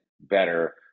better